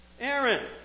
Aaron